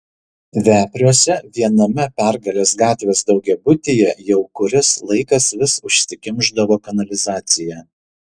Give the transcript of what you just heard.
vepriuose viename pergalės gatvės daugiabutyje jau kuris laikas vis užsikimšdavo kanalizacija